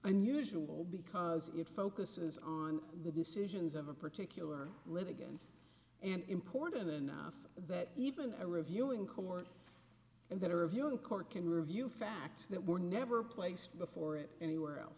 unusual because it focuses on the decisions of a particular live again and important enough that even a reviewing court in that interview in a court can review facts that were never placed before it anywhere else